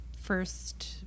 first